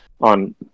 on